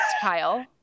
Kyle